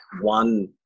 one